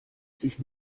sich